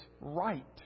right